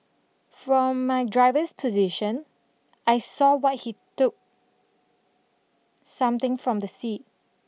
from my driver's position I saw what he took something from the seat